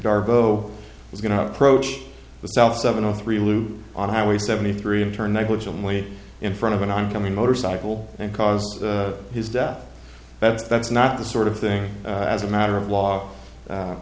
garbo was going to approach the south seven zero three loop on highway seventy three and turn negligently in front of an oncoming motorcycle and cause his death that's that's not the sort of thing as a matter of law